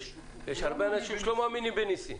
יש הרבה אנשים שלא מאמינים בניסים.